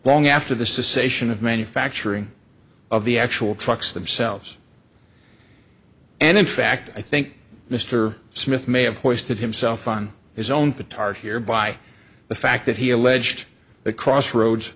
long after the sation of manufacturing of the actual trucks themselves and in fact i think mr smith may have hoisted himself on his own petard here by the fact that he alleged that crossroads